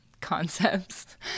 concepts